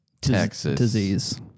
Disease